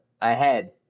ahead